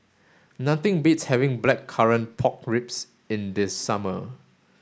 nothing beats having blackcurrant pork ribs in the summer